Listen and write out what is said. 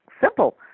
simple